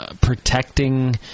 protecting